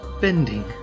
bending